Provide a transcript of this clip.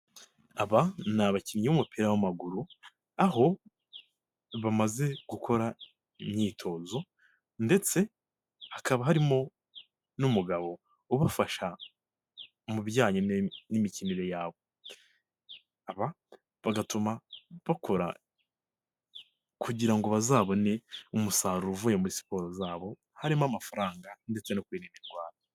Aba ni abakinnyi b'umupira w'amaguru. Aho bamaze gukora imyitozo ndetse hakaba harimo n'umugabo ubafasha mu bijyanye n'imikinire yabo. Aba bagatuma bakora kugira ngo bazabone umusaruro uvuye muri siporo zabo, harimo amafaranga ndetse no kwirinda indwara.